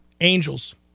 Angels